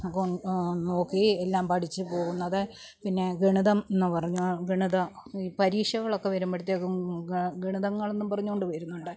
നോക്കി എല്ലാം പഠിച്ച് പോവുന്നത് പിന്നെ ഗണിതം എന്ന് പറഞ്ഞാൽ ഗണിത ഈ പരീക്ഷകളൊക്കെ വരുമ്പോഴത്തേക്കും ഗണിതങ്ങളെന്നും പറഞ്ഞുകൊണ്ട് വരുന്നുണ്ട്